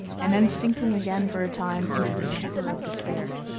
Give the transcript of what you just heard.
and then sinking again for a time into the stupor of despair.